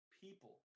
people